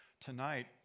tonight